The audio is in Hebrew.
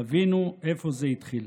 תבינו איפה זה התחיל.